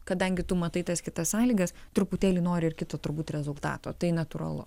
kadangi tu matai tas kitas sąlygas truputėlį nori ir kito turbūt rezultato tai natūralu